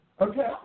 okay